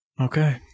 okay